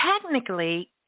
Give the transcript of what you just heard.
Technically